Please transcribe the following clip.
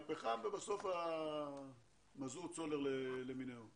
זה איך למנוע את הנזק כתוצאה מהדברים האלה.